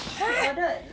!huh!